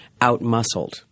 out-muscled